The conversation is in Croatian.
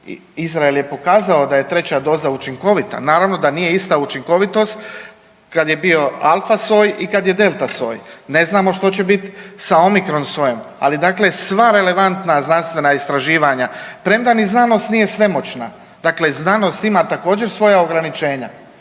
Izrael je pokazao da je treća doza učinkovita, naravno da nije ista učinkovitost kad je bio alfa soj i kad je delta soj. Ne znamo što će bit sa omikron sojem, ali dakle sva relevantna znanstvena istraživanja premda ni znanost nije svemoćna, dakle znanost ima također svoja ograničenja